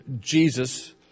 Jesus